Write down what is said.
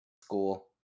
school